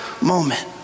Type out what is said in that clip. moment